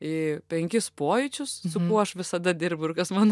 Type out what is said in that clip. į penkis pojūčius su kuo aš visada dirbu ir kas man